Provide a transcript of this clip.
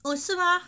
哦是吗